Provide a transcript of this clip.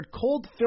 cold